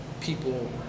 people